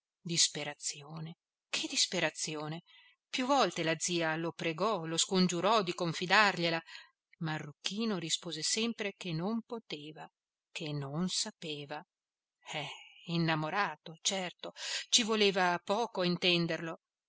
disperazione che disperazione più volte la zia lo pregò lo scongiurò di confidargliela marruchino rispose sempre che non poteva che non sapeva eh innamorato certo ci voleva poco a intenderlo